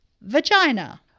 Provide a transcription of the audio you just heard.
vagina